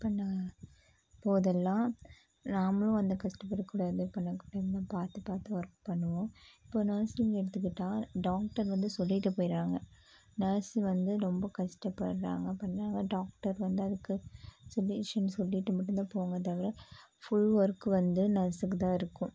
work பண்ண போதெல்லாம் நாமளும் வந்து கஷ்டப்படக்கூடாது இது பண்ணக்கூடாதுன்னு தான் பார்த்து பார்த்து ஒர்க் பண்ணுவோம் இப்போது நர்சிங் எடுத்துக்கிட்டா டாக்டர் வந்து சொல்லிட்டுப்போயிடறாங்க நர்ஸ் வந்து ரொம்ப கஷ்டப்படுறாங்க பண்றாங்க டாக்டர் வந்து அதுக்கு சபேஷன் சொல்லிட்டு மட்டும்தான் போவாங்க தவிர ஃபுல் ஒர்க் வந்து நர்ஸுக்குத்தான் இருக்கும்